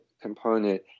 component